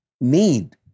need